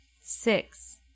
six